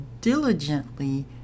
diligently